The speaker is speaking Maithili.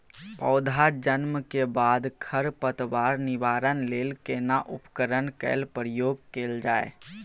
पौधा जन्म के बाद खर पतवार निवारण लेल केना उपकरण कय प्रयोग कैल जाय?